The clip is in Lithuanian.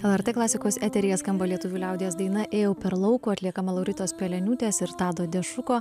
lrt klasikos eteryje skamba lietuvių liaudies daina ėjau per laukų atliekama lauritos peleniūtės ir tado dešuko